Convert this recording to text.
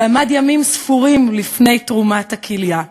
שעמד ימים ספורים לפני תרומת הכליה,